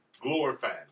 glorified